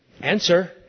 Answer